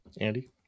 Andy